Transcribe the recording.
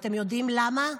אתם יודעים למה?